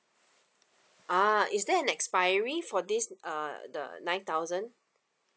ah is there an expiry for this uh the nine thousand